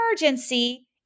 emergency